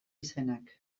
izenak